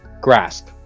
grasp